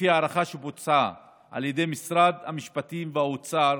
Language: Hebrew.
לפי הערכה שבוצעה על ידי משרד המשפטים והאוצר